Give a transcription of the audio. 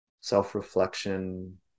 self-reflection